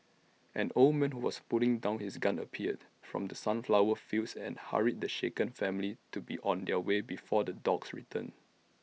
an old man who was putting down his gun appeared from the sunflower fields and hurried the shaken family to be on their way before the dogs return